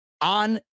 on